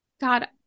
God